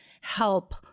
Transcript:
help